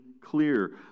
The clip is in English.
clear